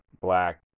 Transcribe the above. black